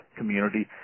community